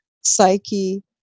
psyche